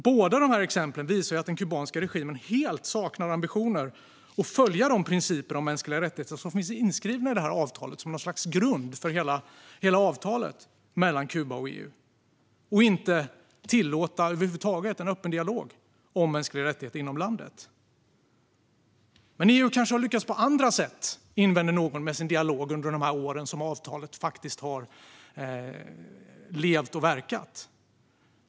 Båda dessa exempel visar att den kubanska regimen helt saknar ambitioner att följa de principer om mänskliga rättigheter som finns inskrivna som något slags grund för hela avtalet mellan Kuba och EU och över huvud taget inte vill tillåta en öppen dialog om mänskliga rättigheter inom landet. Men EU kanske har lyckats på andra sätt, invänder någon, med sin dialog under de år som avtalet har levt och verkat.